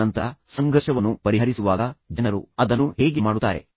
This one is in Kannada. ತದನಂತರ ಸಂಘರ್ಷವನ್ನು ಪರಿಹರಿಸುವಾಗ ಜನರು ಅದನ್ನು ಹೇಗೆ ಮಾಡುತ್ತಾರೆ